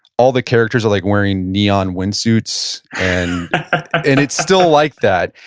all the characters are like wearing neon wind suits, and, and it's still like that.